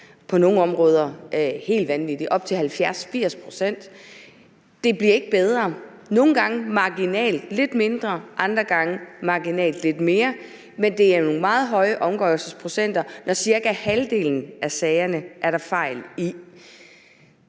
på nogle områder helt vanvittige, op til 70-80 pct. Og det bliver ikke bedre. Nogle gange er de marginalt lidt mindre, andre gange marginalt lidt større, men det er nogle meget høje omgørelsesprocenter, når der er fejl i cirka halvdelen af sagerne. Synes